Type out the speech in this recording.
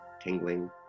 tingling